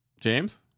James